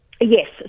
Yes